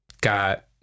got